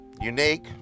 unique